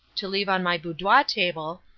to leave on my boudoir table,